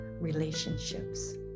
relationships